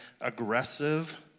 aggressive